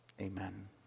amen